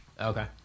Okay